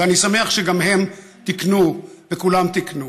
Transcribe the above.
ואני שמח שגם הם תיקנו וכולם תיקנו.